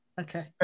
Okay